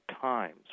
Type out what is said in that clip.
times